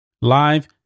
live